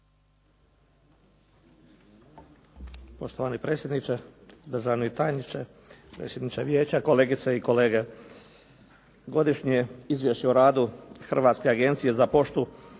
Poštovani predsjedniče, državni tajniče, predsjedniče vijeća, kolegice i kolege. Godišnje izvješće o radu Hrvatske agencije za poštu